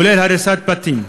כולל הריסת בתים,